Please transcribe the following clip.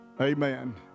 Amen